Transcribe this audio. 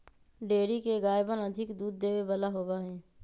dairy के गायवन अधिक दूध देवे वाला होबा हई